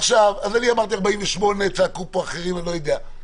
אמרתי 48 שעות, צעקו פה אחרים, אני לא יודע.